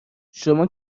شما